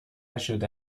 شده